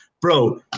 bro